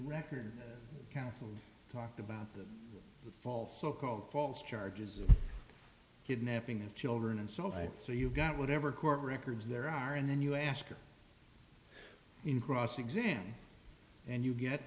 record counselor talked about the false so called false charge of kidnapping of children and so i so you've got whatever court records there are and then you ask in cross examine and you get